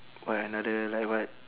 what another like what